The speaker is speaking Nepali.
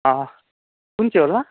अँ कुन चाहिँ होला